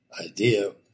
idea